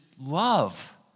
love